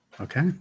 Okay